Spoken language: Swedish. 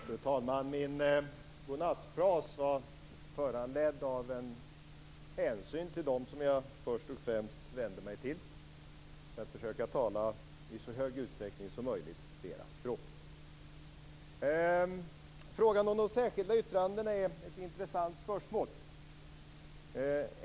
Fru talman! Min godnattfras var föranledd av en hänsyn till dem som jag först och främst vände mig till för att i så hög grad som möjligt försöka tala deras språk. Frågan om de särskilda yttrandena är intressant.